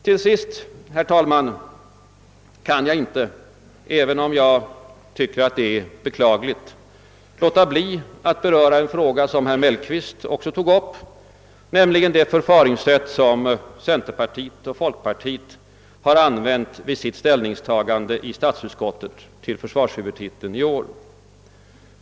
Till sist kan jag inte, även om jag tycker att det är beklagligt, underlåta att beröra en fråga som herr Mellqvist också tog upp, nämligen det förfaringssätt som centerpartiet och folkpartiet har använt vid sitt ställningstagande i statsutskottet när det gällt försvarshuvudtiteln i år.